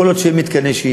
כל עוד אין מתקני שהייה.